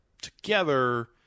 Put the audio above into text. together